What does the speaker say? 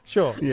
Sure